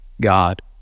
God